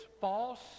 false